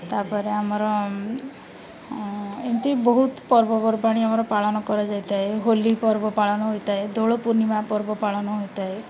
ତା'ପରେ ଆମର ଏମିତି ବହୁତ ପର୍ବପର୍ବାଣି ଆମର ପାଳନ କରାଯାଇଥାଏ ହୋଲି ପର୍ବ ପାଳନ ହୋଇଥାଏ ଦୋଳ ପୂର୍ଣ୍ଣିମା ପର୍ବ ପାଳନ ହୋଇଥାଏ